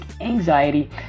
anxiety